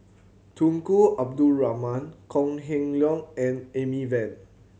Tunku Abdul Rahman Kok Heng Leun and Amy Van